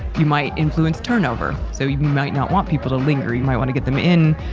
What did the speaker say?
you might influence turnover, so you might not want people to linger. you might want to get them in,